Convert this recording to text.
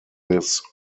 this